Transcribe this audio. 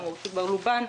שכבר לובן.